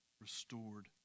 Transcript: restored